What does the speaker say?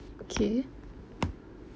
okay